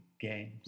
games